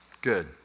Good